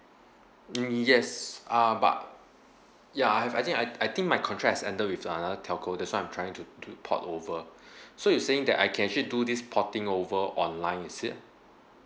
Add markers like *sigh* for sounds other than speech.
mm yes uh but ya I have I think I'd I think my contract has ended with another telco that's why I'm trying to to port over *breath* so you're saying that I can actually do this porting over online is it